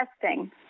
testing